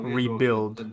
rebuild